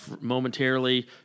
momentarily